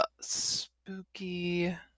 spooky